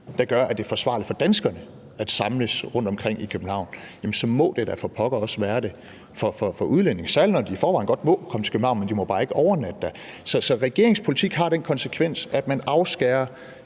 der gør, at det er forsvarligt for danskerne at samles rundtomkring i København, må det da for pokker også være det for udlændinge, særlig når de i forvejen godt må komme til København, men bare ikke må overnatte der. Så regeringens politik har den konsekvens, at man afskærer